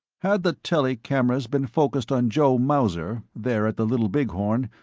had the telly cameras been focused on joe mauser, there at the little big horn,